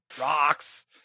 rocks